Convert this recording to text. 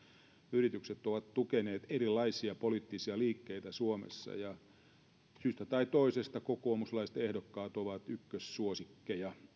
yritykset ovat tukeneet erilaisia poliittisia liikkeitä suomessa syystä tai toisesta kokoomuslaiset ehdokkaat ovat ykkössuosikkeja